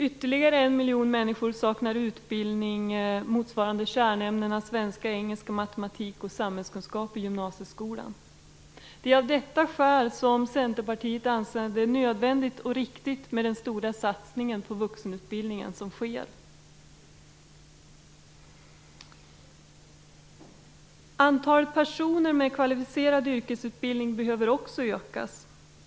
Ytterligare 1 miljon människor saknar utbildning motsvarande kärnämnena svenska, engelska, matematik och samhällskunskap i gymnasieskolan. Det är av detta skäl som Centerpartiet anser att det är nödvändigt och riktigt med den stora satsning på vuxenutbildningen som sker. Antalet personer med kvalificerad yrkesutbildning behöver också ökas.